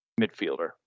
midfielder